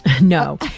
no